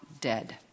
dead